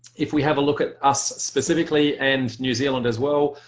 if we have a look at us specifically and new zealand as well,